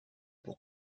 pour